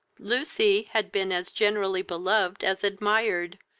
lucy had been as generally beloved as admired,